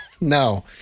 No